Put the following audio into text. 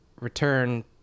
return